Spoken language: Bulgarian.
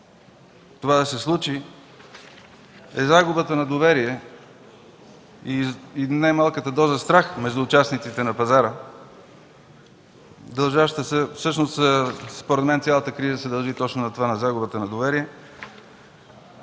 виждане, е загубата на доверие и не малката доза страх между участниците на пазара. Според мен цялата криза се дължи точно на загубата на доверие.